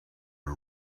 are